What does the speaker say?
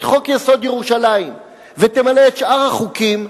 את חוק-יסוד: ירושלים, ותמלא את שאר החוקים.